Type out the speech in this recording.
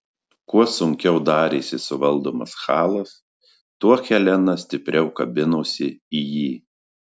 kuo sunkiau darėsi suvaldomas halas tuo helena stipriau kabinosi į jį